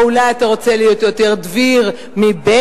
או אולי אתה רוצה להיות יותר דביר מבנדק?